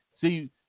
See